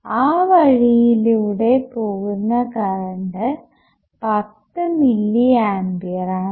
ആ വഴിയിലൂടെ പോകുന്ന കറണ്ട് 10 മില്ലി ആംപിയർ ആണ്